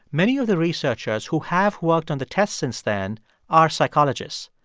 many of the researchers who have worked on the tests since then are psychologists.